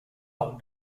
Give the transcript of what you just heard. old